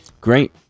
great